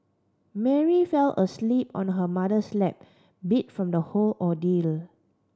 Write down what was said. Mary fell asleep on her mother's lap beat from the whole ordeal